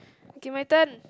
K my turn